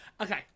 Okay